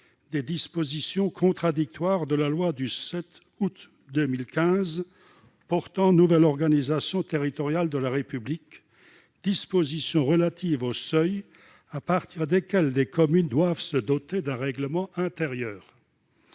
deux dispositions contradictoires de la loi du 7 août 2015 portant nouvelle organisation territoriale de la République, dite loi NOTRe, dispositions relatives aux seuils à partir desquels les communes sont tenues de se doter d'un règlement intérieur.